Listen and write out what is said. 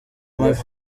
mabi